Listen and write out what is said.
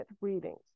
readings